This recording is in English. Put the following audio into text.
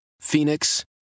Phoenix